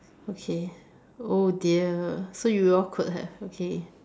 okay oh dear so you all could have okay